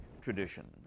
tradition